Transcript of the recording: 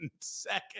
second